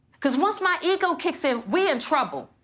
because once my ego kicks in, we in trouble,